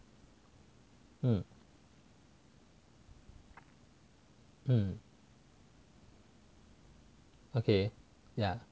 嗯嗯 okay yeah